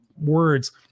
words